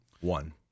One